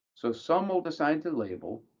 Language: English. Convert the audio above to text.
so some will decide to label.